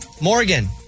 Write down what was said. Morgan